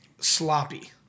sloppy